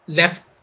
left